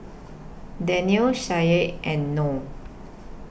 Daniel Syah and Noh